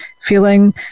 feeling